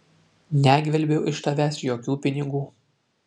negvelbiau iš tavęs jokių pinigų